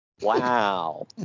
Wow